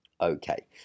Okay